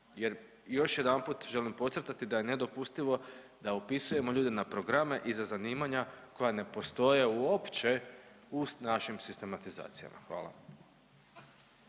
jer još jedanput želim podcrtati da je nedopustivo da upisujemo ljude na programe i za zanimanja koja ne postoje uopće u našim sistematizacijama, hvala.